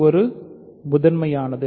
ஒரு முதன்மையானது